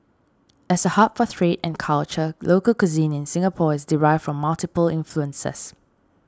as a hub for trade and culture local cuisine in Singapore is derived from multiple influences